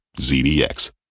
ZDX